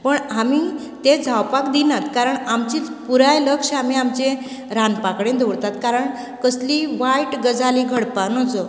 म्हण आमी ते जावपाक दिनात कारण आमची पुराय लक्ष आमी आमचें रांदपा कडेन दवरतात कारण कसली वायट गजाल ही घडपा नुजो